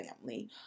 family